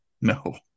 No